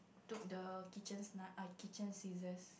took the kitchen knife err kitchen scissor